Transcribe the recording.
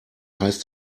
heißt